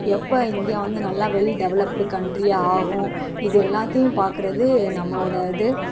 எப்போ இந்தியா வந்து நல்லா வெல் டெவலப்டு கன்ட்ரியாக ஆகும் இது எல்லாத்தையும் பார்க்குறது நம்மளோடய இது